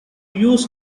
used